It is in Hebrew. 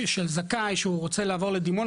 של זכאי שהוא רוצה לעבור לדימונה,